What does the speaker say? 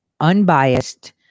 unbiased